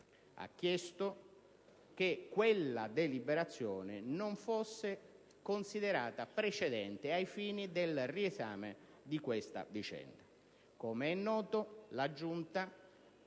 chiesto che quella deliberazione non fosse considerata precedente ai fini del riesame di questa vicenda. Com'è noto, la Giunta,